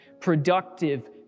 productive